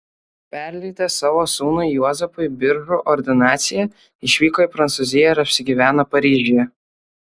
perleidęs savo sūnui juozapui biržų ordinaciją išvyko į prancūziją ir apsigyveno paryžiuje